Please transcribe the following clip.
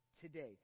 Today